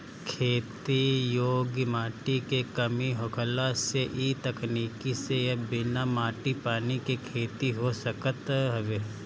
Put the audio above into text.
खेती योग्य माटी के कमी होखला से इ तकनीकी से अब बिना माटी पानी के खेती हो सकत हवे